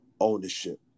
ownership